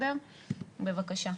בבקשה.